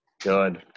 Good